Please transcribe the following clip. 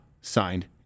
Signed